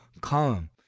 come